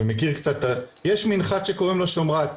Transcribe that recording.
ומכיר קצת יש מנחת שקוראים לו "שומרת",